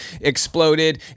exploded